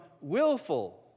willful